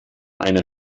einer